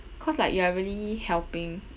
cause like you are really helping